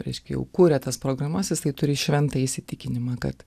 raiškia jau kūrė tas programas jisai turi šventą įsitikinimą kad